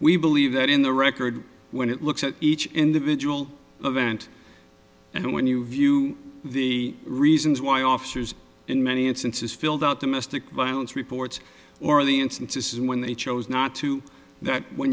we believe that in the record when it looks at each individual event and when you view the reasons why officers in many instances filled out domestic violence reports or the instances when they chose not to that when